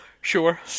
Sure